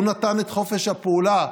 הוא נתן את חופש הפעולה